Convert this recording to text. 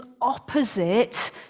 opposite